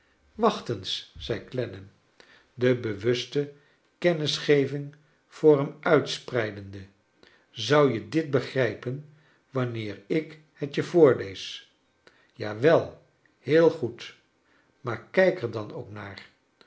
eens zei clennam de bewuste kennisgeving voor hem uitspreidende zou je dit begrijpen wanneer ik het je voorlees tawel heel goed maar kijk er dan ook naar